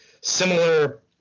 similar